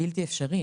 זה בלתי אפשרי.